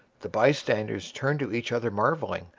the bystanders turned to each other marvelling,